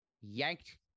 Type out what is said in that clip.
yanked